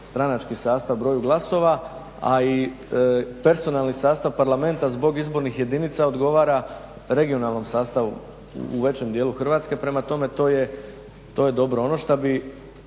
stranački sastav broju glasova, a i personalni sastav Parlamenta zbog izbornih jedinica odgovara regionalnom sastavu u većem dijelu Hrvatske, prema tome to je dobro. Ono što bi